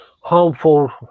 harmful